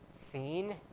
seen